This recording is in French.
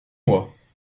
mois